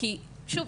כי שוב,